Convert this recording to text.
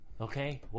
okay